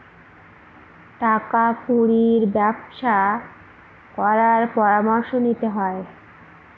টাকা কুড়ির ব্যবসা করার পরামর্শ নিতে হয়